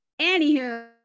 anywho